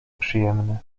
przyjemne